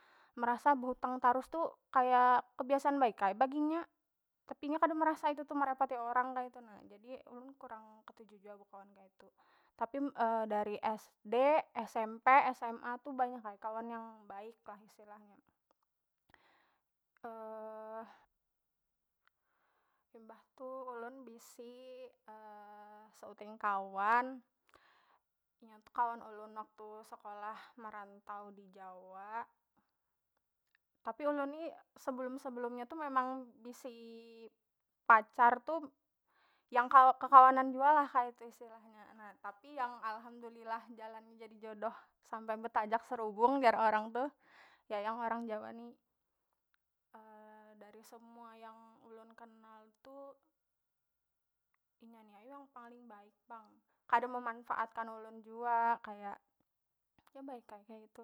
Merasa behutang tarus tu kaya kebiasaan baik ai bagi inya, tapi nya kada merasa itu tu merepoti orang kaitu na, jadi ulun kurang ketuju jua bekawan kaitu tapi dari sd, smp, sma tu banyak ai kawan yang baik lah istilahnya. Imbah tu ulun bisi seuting kawan inya tu kawan ulun waktu sekolah merantau dijawa tapi ulun ni sebelum- sebelumnya tu memang bisi pacar tu yang kawa kekawanan jua lah kaitu lah istilahnya na tapi yang alhamdulilah jalan jadi jodoh sampai betajak serubung jar orang tu ya yang orang jawa ni dari semua yang ulun kenal tu inya ni ai yang paling baik pang kada memanfaatkan ulun jua kaya baik ai kaitu.